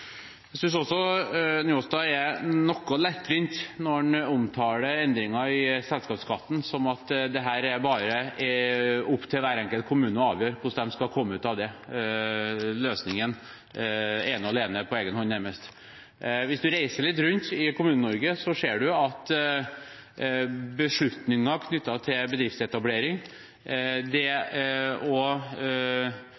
Jeg synes også at Njåstad er noe lettvint når han omtaler endringer i selskapsskatten som at det er det opp til hver enkelt kommune å avgjøre hvordan de skal komme ut av, finne løsningen nærmest på egen hånd. Hvis man reiser litt rundt i Kommune-Norge, ser man at beslutninger knyttet til bedriftsetableringer og